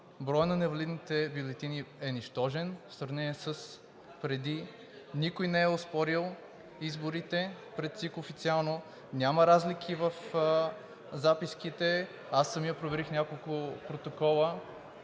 броят на невалидните бюлетини е нищожен в сравнение с преди. Никой не е оспорил изборите пред ЦИК официално, няма разлики в записките. Аз самият проверих няколко протокола